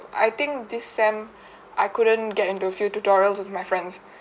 I think this sem I couldn't get into few tutorials with my friends